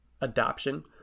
adoption